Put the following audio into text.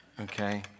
okay